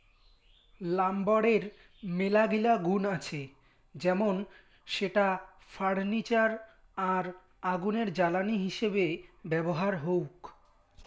লাম্বরের মেলাগিলা গুন্ আছে যেমন সেটা ফার্নিচার আর আগুনের জ্বালানি হিসেবে ব্যবহার হউক